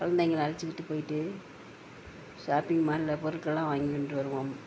குழந்தைங்கள அழைச்சிக்கிட்டு போயிட்டு ஷாப்பிங் மாலில் பொருட்கள்லாம் வாங்கி கொண்டு வருவோம்